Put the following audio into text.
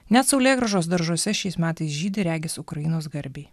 net saulėgrąžos daržuose šiais metais žydi regis ukrainos garbei